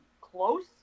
close